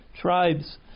tribes